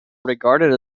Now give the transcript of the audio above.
regarded